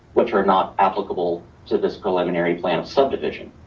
which are not applicable to this preliminary plan of subdivision.